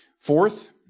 Fourth